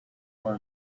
for